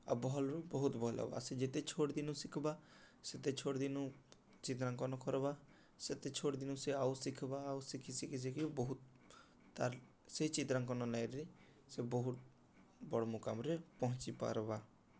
ଆଉ ଭଲ୍ରୁ ବହୁତ୍ ଭଲ୍ ହେବା ସେ ଯେତେ ଛୋଟ୍ ଦିନୁ ଶିଖ୍ବା ସେତେ ଛୋଟ୍ ଦିନୁ ଚିତ୍ରାଙ୍କନ କର୍ବା ସେତେ ଛୋଟ୍ ଦିନୁ ସେ ଆଉ ଶିଖ୍ବା ଆଉ ଶିଖି ଶିଖି ଶିଖି ବହୁତ୍ ତାର୍ ସେ ଚିତ୍ରାଙ୍କନ ନାଇନ୍ରେ ସେ ବହୁତ୍ ବଡ଼୍ ମୁକାମ୍ରେ ପହଞ୍ଚି ପାର୍ବା